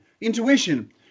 intuition